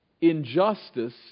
injustice